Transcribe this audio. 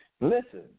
Listen